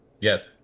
Yes